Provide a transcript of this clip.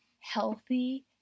healthy